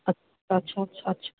अच्छा अच्छा अच्छा